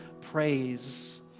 praise